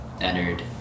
entered